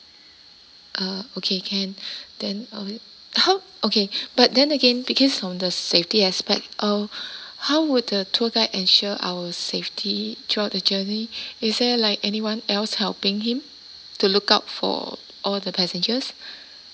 uh okay can then um how okay but then again because from the safety aspect uh how would the tour guide ensure our safety throughout the journey is there like anyone else helping him to look out for all the passengers